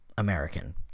american